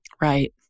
Right